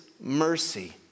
mercy